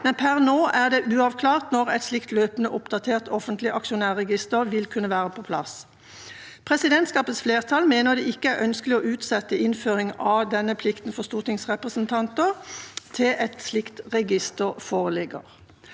men per nå er det uavklart når et slikt løpende oppdatert offentlig aksjonærregister vil kunne være på plass. Presidentskapets flertall mener det ikke er ønskelig å utsette innføring av denne plikten for stortingsrepresentanter til et slikt register foreligger.